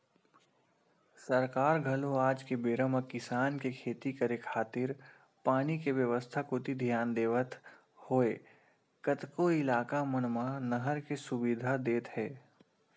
सरकार घलो आज के बेरा म किसान के खेती करे खातिर पानी के बेवस्था कोती धियान देवत होय कतको इलाका मन म नहर के सुबिधा देत हे